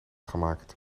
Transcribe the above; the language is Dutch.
gemaakt